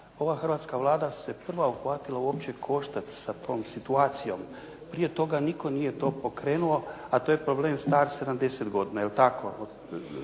Ova hrvatska Vlada se prva uhvatila uopće u koštac sa tom situacijom. Prije toga nitko to nije pokrenuo, a to je problem star 70 godina, je li tako.